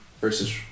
versus